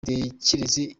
mutekereze